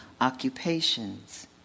occupations